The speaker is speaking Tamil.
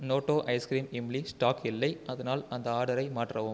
நோட்டோ ஐஸ் கிரீம் இம்லி ஸ்டாக் இல்லை அதனால் அந்த ஆர்டரை மாற்றவும்